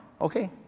Okay